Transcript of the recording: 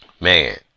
man